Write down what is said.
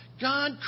God